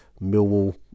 Millwall